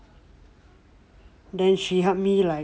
then she help me like